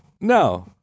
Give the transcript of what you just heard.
No